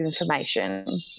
information